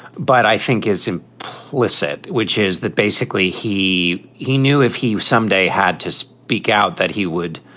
but i think is implicit, which is that basically he he knew if he someday had to speak out, that he would,